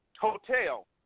Hotel